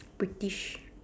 British